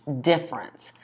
difference